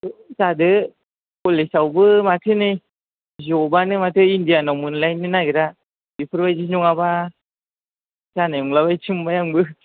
जादो कलेजावबो माथो नै जबआनो माथो इण्डियानयाव मोनलायनो नागिरा बेफोरबायदि नङाब्ला जानाय नंला बायदिसो मोनबाय आंबो